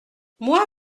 moi